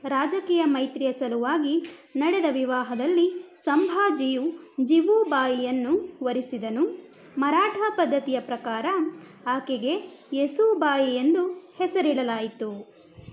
ರಾಜಕೀಯ ಮೈತ್ರಿಯ ಸಲುವಾಗಿ ನಡೆದ ವಿವಾಹದಲ್ಲಿ ಸಂಭಾಜಿಯು ಜೀವೂಬಾಯಿಯನ್ನು ವರಿಸಿದನು ಮರಾಠ ಪದ್ಧತಿಯ ಪ್ರಕಾರ ಆಕೆಗೆ ಏಸೂಬಾಯಿ ಎಂದು ಹೆಸರಿಡಲಾಯಿತು